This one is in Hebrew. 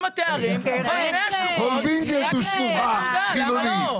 התארים -- כל ווינגיט היא שלוחה חילונית.